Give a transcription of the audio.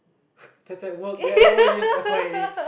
that's at work ya at work I use F_Y_N_A